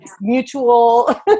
mutual